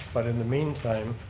but in the meantime,